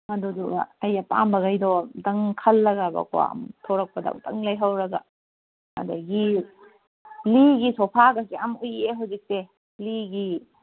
ꯑꯗꯨꯗꯨꯒ ꯑꯩ ꯑꯄꯥꯝꯕꯒꯩꯗꯣ ꯑꯝꯇꯪ ꯈꯜꯂꯒꯕꯀꯣ ꯊꯣꯔꯛꯄꯗ ꯑꯝꯇꯪ ꯂꯩꯍꯧꯔꯒ ꯑꯗꯒꯤ ꯂꯤꯒꯤ ꯁꯣꯐꯥꯒꯁꯦ ꯌꯥꯝ ꯎꯏꯌꯦ ꯍꯧꯖꯤꯛꯁꯦ ꯂꯤꯒꯤ